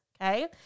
okay